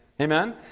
Amen